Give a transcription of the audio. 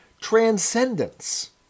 transcendence